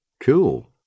Cool